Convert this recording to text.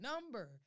number